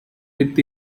with